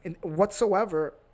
whatsoever